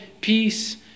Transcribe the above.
peace